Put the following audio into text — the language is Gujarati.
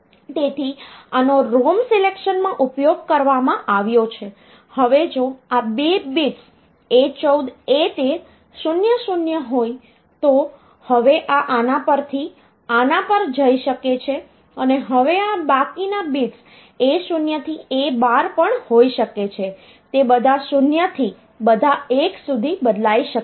તેથી આનો ROM સિલેક્શનમાં ઉપયોગ કરવામાં આવ્યો છે હવે જો આ 2 બિટ્સ 00 હોય તો હવે આ આના પર થી આના પર જઈ શકે છે અને હવે આ બાકીના બિટ્સ A0 થી A12 પણ હોઈ શકે છે તે બધા 0 થી બધા 1 સુધી બદલાઈ શકે છે